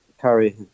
Carry